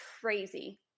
crazy